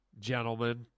gentlemen